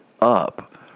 up